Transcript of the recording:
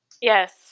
Yes